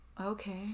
okay